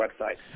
website